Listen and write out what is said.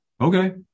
okay